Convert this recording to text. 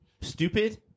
stupid